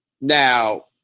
Now